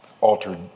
altered